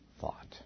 thought